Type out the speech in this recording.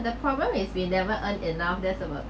the problem is we never earned enough there's about